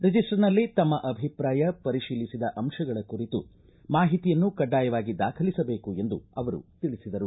ರಜಿಸ್ಟರ್ನಲ್ಲಿ ತಮ್ಮ ಅಭಿಪ್ರಾಯ ಪರಿಶೀಲಿಸಿದ ಅಂಶಗಳ ಕುರಿತು ಮಾಹಿತಿ ಕಡ್ಡಾಯವಾಗಿ ದಾಖಲಿಸಬೇಕು ಎಂದು ಅವರು ತಿಳಿಸಿದರು